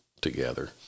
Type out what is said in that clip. together